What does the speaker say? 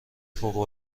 فوق